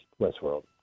Westworld